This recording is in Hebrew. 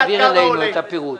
ואז להעביר אלינו את הפירוט.